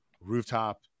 rooftop